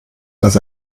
dass